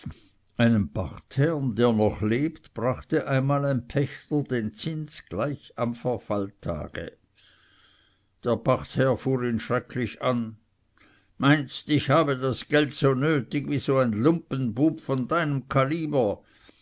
einem pachtherrn der noch lebt brachte einmal ein pächter den zins gleich am verfallstage der pachtherr fuhr ihn schrecklich an meinst ich habe das geld so nötig wie so ein lumpenbub von deinem kaliber